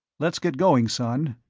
let's get going, son,